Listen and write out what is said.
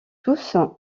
tous